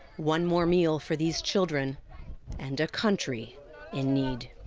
one more meal for these children and a country in need.